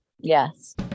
yes